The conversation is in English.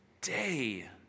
day